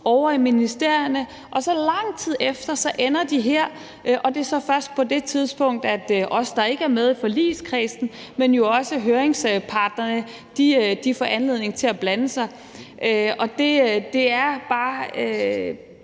ovre i ministerierne, og lang tid efter ender de så her, og det er så først på det tidspunkt, at os, der ikke er med i forligskredsen, men jo også høringsparterne, får anledning til at blande sig. Og det bliver